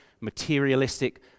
materialistic